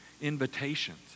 invitations